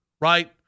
right